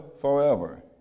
forever